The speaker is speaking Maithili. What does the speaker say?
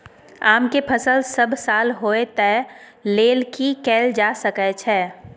आम के फसल सब साल होय तै लेल की कैल जा सकै छै?